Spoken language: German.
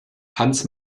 hanns